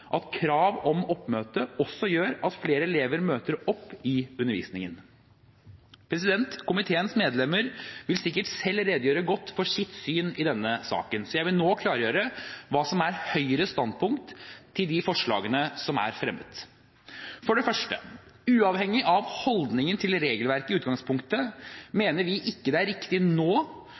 at krav om oppmøte også gjør at flere elever møter opp til undervisningen. Komiteens medlemmer vil sikkert selv redegjøre godt for sitt syn i denne saken, så jeg vil nå klargjøre hva som er Høyres standpunkt til de forslagene som fremmes. For det første: Uavhengig av holdning til regelverket i utgangspunktet mener vi det er riktig nå